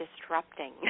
disrupting